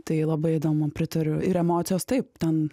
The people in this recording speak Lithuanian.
tai labai įdomu pritariu ir emocijos taip ten